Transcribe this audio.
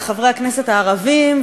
על חברי הכנסת הערבים,